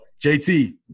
JT